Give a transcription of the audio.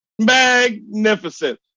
Magnificent